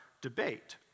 debate